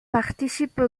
participe